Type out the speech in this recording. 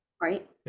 right